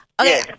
Okay